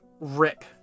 rip